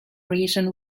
reason